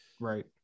right